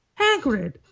Hagrid